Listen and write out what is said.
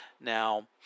now